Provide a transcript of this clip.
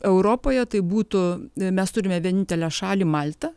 europoje tai būtų mes turime vienintelę šalį maltą